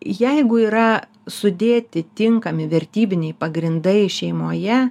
jeigu yra sudėti tinkami vertybiniai pagrindai šeimoje